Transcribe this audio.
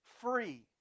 free